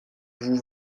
vous